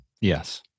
Yes